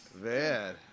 Man